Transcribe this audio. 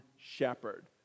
shepherd